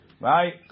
right